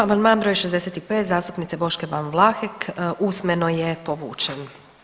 Amandman br. 65. zastupnice Boške Ban Vlahek usmeno je povučen.